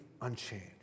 unchanged